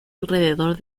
alrededor